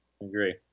agree